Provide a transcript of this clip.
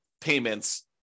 payments